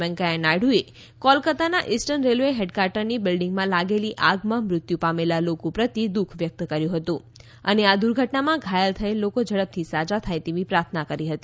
વૈકેયા નાયડુએ કોલકત્તાના eastern railway હેડકવાર્ટરની બિલ્ડીંગમાં લાગેલી આગમાં મૃત્યુ પામેલા લોકો પ્રત્યે દુઃખ વ્યક્ત કર્યું હતું અને આ દુર્ધટનામાં ઘાયલ થયેલ લોકો ઝડપથી સાજા થાય તેવી પ્રાર્થના કરી હતી